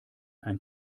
ein